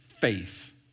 faith